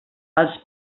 els